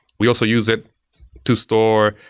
we also use it to store,